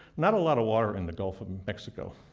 not a lot of water in the gulf of mexico.